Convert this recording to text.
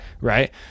Right